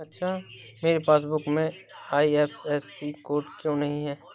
मेरे पासबुक में IFSC code क्यो नहीं है?